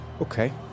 Okay